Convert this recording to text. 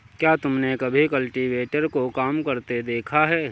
क्या तुमने कभी कल्टीवेटर को काम करते देखा है?